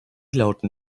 lauten